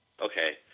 Okay